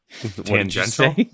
Tangential